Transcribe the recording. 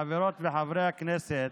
חברות וחברי הכנסת,